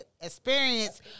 experience